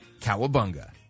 Cowabunga